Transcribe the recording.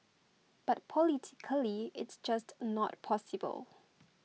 but politically it's just not possible